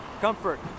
comfort